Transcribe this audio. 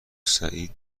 سعید